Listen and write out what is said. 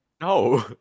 no